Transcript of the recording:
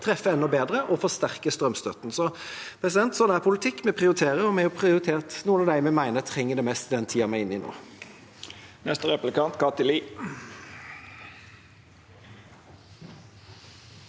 treffe enda bedre og forsterke strømstøtten. Sånn er politikk: Vi prioriterer, og vi har prioritert noen av dem vi mener trenger det mest i den tida vi er inne i nå. Kathy Lie